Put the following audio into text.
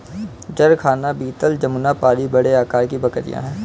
जरखाना बीटल जमुनापारी बड़े आकार की बकरियाँ हैं